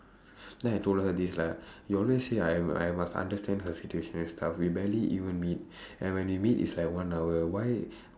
then I told her this lah you always say I I must understand her situation and stuff we barely even meet and when we meet it's like one hour why